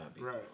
Right